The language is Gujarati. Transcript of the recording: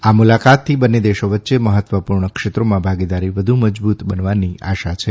આ મુલાકાતથી બંને દેશો વચ્ચે મહત્વપૂર્ણ ક્ષેત્રોમાં ભાગીદારી વધુ મજબૂત બનવાની આશા છે